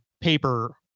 paper